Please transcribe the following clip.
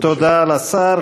תודה לשר.